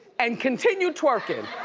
and continued twerking,